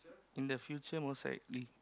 in the future most likely